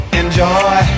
enjoy